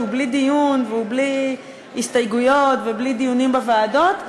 שהוא בלי דיון ובלי הסתייגויות ובלי דיונים בוועדות,